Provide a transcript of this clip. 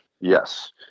Yes